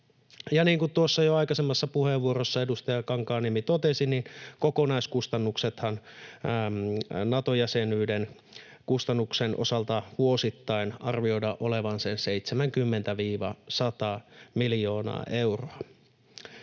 Ja niin kuin tuossa jo aikaisemmassa puheenvuorossa edustaja Kankaanniemi totesi, kokonaiskustannuksienhan Nato-jäsenyyden osalta arvioidaan olevan vuosittain sen 70—100 miljoonaa euroa.